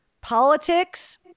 politics